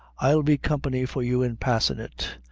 i'll be company for you in passin' it.